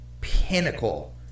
pinnacle